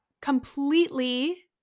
completely